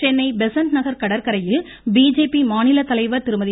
சென்னை பெசன்ட் நகர் கடற்கரையில் பிஜேபி மாநிலத் தலைவர் திருமதி